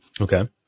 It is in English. Okay